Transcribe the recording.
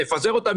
נפזר אותם,